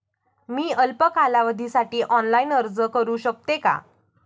मी अल्प कालावधीसाठी ऑनलाइन अर्ज करू शकते का?